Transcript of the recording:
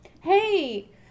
Hey